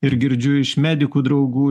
ir girdžiu iš medikų draugų